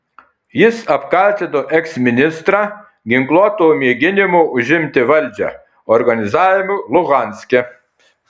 jis apkaltino eksministrą ginkluoto mėginimo užimti valdžią organizavimu luhanske